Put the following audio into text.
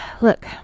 Look